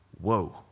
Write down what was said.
Whoa